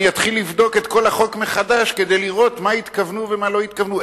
אתחיל לבדוק את כל החוק מחדש כדי לראות מה התכוונו ומה לא התכוונו,